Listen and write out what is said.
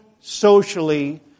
socially